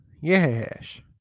yes